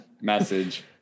message